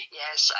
yes